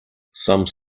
some